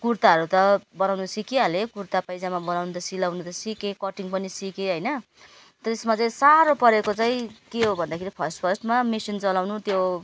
कुर्ताहरू त बनाउनु सिकिहालेँ कुर्ता पाइजामा बनाउनु त सिलाउनु त सिकेँ कटिङ पनि सिकेँ होइन तर यसमा चाहिँ साह्रो परेको चाहिँ के हो भन्दाखेरि फर्स्ट फर्स्टमा मेसिन चलाउनु त्यो